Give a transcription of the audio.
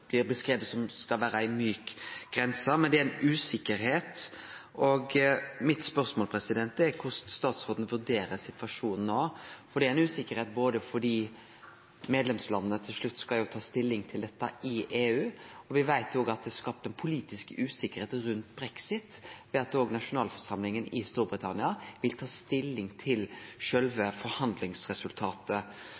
blir EU-grensa. Ho blir beskriven som ei mjuk grense, men det er ei usikkerheit. Mitt spørsmål er korleis statsråden vurderer situasjonen no, for det er ei usikkerheit fordi medlemslanda i EU til slutt skal ta stilling til dette, og me veit at det har skapt ei politisk usikkerheit rundt brexit ved at nasjonalforsamlinga i Storbritannia vil ta stilling til sjølve